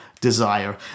desire